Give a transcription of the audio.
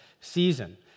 season